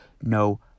no